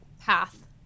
path